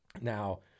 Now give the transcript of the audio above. now